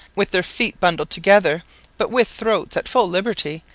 with their feet bundled together but with throats at full liberty,